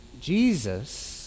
Jesus